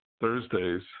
Thursdays